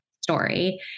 story